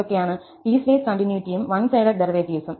piecewise കണ്ടിന്യൂറ്റിയും one sided ഡെറിവേറ്റീവ്സും